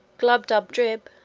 glubbdubdrib,